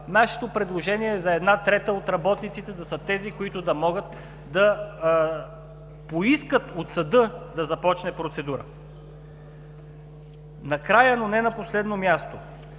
Нашето предложение е една трета от работниците да са тези, които да могат да поискат от съда да започне процедура. Накрая, но не на последно място.